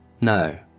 No